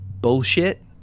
bullshit